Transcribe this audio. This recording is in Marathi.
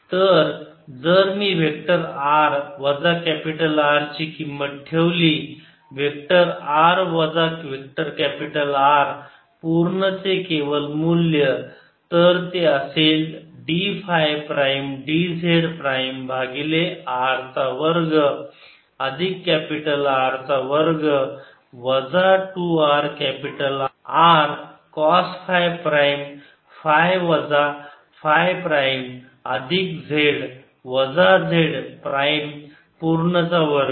तर जर मी वेक्टर r वजा कॅपिटल R ची किंमत ठेवली वेक्टर r वजा वेक्टर कॅपिटल R पूर्ण चे केवल मूल्य तर ते असेल d phi prime d z prime भागिले r चा वर्ग अधिक कॅपिटल R चा वर्ग वजा 2 r capital R cos phi prime phi वजा फाय प्राईम अधिक z वजा z प्राईम पूर्ण चा वर्ग